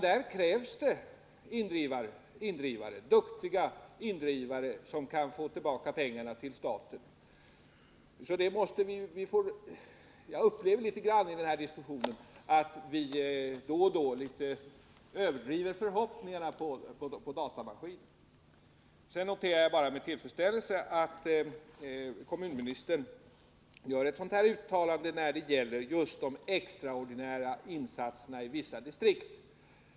Där krävs det att vi har duktiga indrivare som kan få tillbaka pengarna till staten. Jag har en känsla av att vi i den här diskussionen ibland gör oss överdrivna förhoppningar när det gäller datamaskinen. Sedan noterar jag med tillfredsställelse det uttalande som kommunministern gjorde när det gäller de extraordinära insatserna i vissa distrikt.